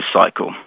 cycle